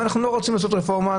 אנחנו לא רוצים לעשות רפורמה.